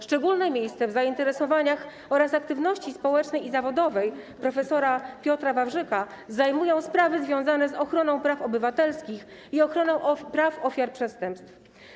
Szczególne miejsce w zainteresowaniach oraz aktywności społecznej i zawodowej prof. Piotra Wawrzyka zajmują sprawy związane z ochroną praw obywatelskich i ochroną praw ofiar przestępstw.